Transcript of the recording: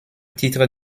titre